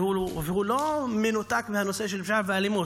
וזה לא מנותק מהנושא של פשיעה ואלימות,